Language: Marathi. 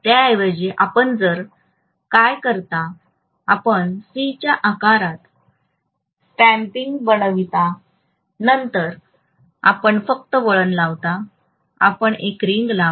त्याऐवजी आपण काय करता आपण सीच्या आकारात स्टॅम्पिंग बनविता नंतर आपण फक्त वळण लावता आपण एक रिंग लावा